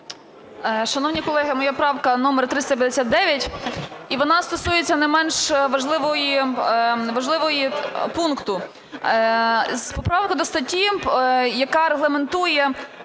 Шановні колеги, моя правка номер 359 і вона стосується не менш важливого пункту. Поправка до статті, яка регламентує,